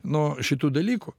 nuo šitų dalykų